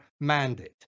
mandate